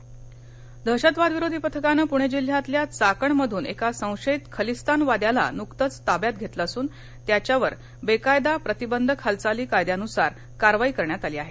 खलीस्तानवादी दहशतवाद विरोधी पथकानं पुणे जिल्ह्यातल्या चाकण मधून एका संशयित खलिस्तानवाद्याला नुकतंच ताब्यात घेतलं असून त्याच्यावर बेकायदा प्रतिबंधक हालचाली कायद्यानुसार कारवाई करण्यात आली आहे